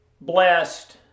blessed